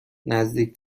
نزدیک